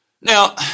Now